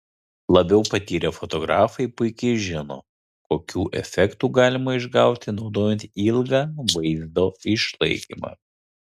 labiau patyrę fotografai puikiai žino kokių efektų galima išgauti naudojant ilgą vaizdo išlaikymą